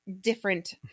different